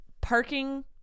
parking